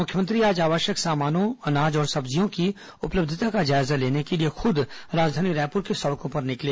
मुख्यमंत्री आज आवश्यक सामानों अनाज और सब्जियों की उपलब्धता का जायजा लेने के लिए खूद राजधानी रायपुर की सड़कों पर निकले